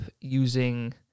using